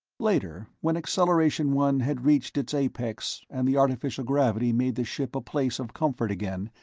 later, when acceleration one had reached its apex and the artificial gravity made the ship a place of comfort again,